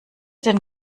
den